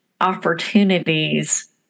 opportunities